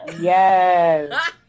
Yes